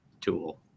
tool